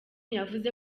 yavuze